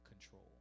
control